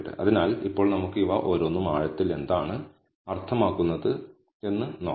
അതിനാൽ ഇപ്പോൾ നമുക്ക് ഇവ ഓരോന്നും ആഴത്തിൽ എന്താണ് അർത്ഥമാക്കുന്നത് എന്ന് നോക്കാം